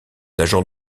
agents